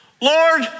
Lord